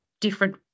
different